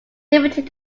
limited